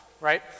right